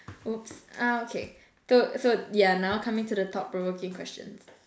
oops uh okay so so we are now coming to the thought provoking questions